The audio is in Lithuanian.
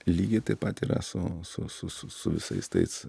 lygiai taip pat yra su su su su su visais tais